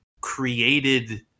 created